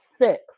Six